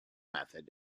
method